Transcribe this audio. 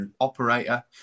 operator